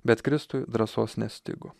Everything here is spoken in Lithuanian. bet kristui drąsos nestigo